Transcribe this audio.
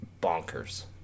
bonkers